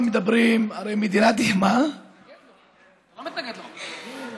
הרי, אתה לא מתנגד לחוק?